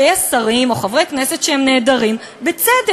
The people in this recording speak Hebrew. שיש שרים או חברי כנסת שנעדרים בצדק,